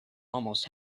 almost